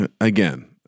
again